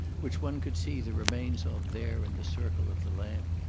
which one could see the remains of there in the circle of the lamp,